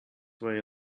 way